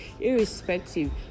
irrespective